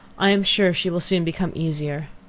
i am sure she will soon become easier.